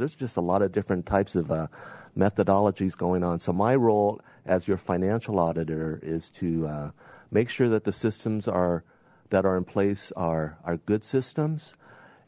there's just a lot of different types of methodologies going on so my role as your financial auditor is to make sure that the systems are that are in place are our good systems